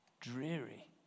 dreary